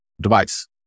device